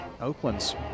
Oakland's